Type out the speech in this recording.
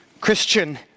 Christian